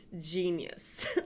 genius